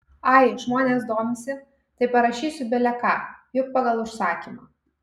ai žmonės domisi tai parašysiu bile ką juk pagal užsakymą